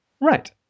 Right